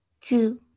two